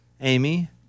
Amy